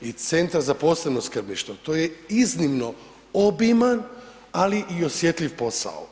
i Centra za posebno skrbništvo to je iznimno obiman, ali i osjetljiv posao.